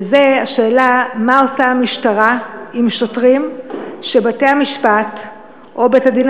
וזאת השאלה מה עושה המשטרה עם שוטרים שבתי-המשפט או בית-הדין